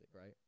right